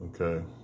Okay